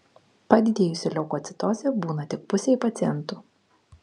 padidėjusi leukocitozė būna tik pusei pacientų